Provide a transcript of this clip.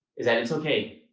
is that it's okay.